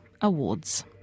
Awards